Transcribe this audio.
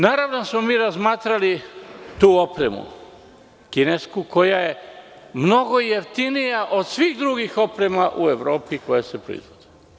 Naravno da smo razmatrali tu opremu kinesku koja je mnogo jeftinija od svih drugih oprema u Evropi koja se proizvodi.